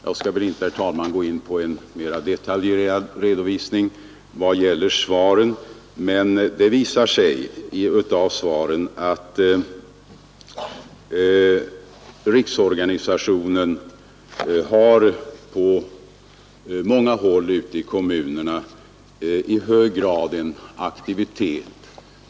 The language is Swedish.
Jag skall inte, herr talman, gå in på en mera detaljerad redovisning i vad gäller svaren, men det visar sig av dessa att riksorganisationen på många håll ute i kommunerna har en avsevärd aktivitet.